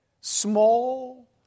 small